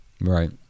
right